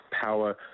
power